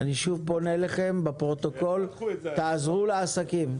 אני שוב פונה אליכם בפרוטוקול, תעזרו לעסקים.